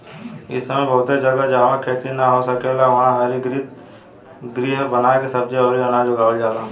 इ समय बहुते जगह, जाहवा खेती ना हो सकेला उहा हरितगृह बना के सब्जी अउरी अनाज उगावल जाला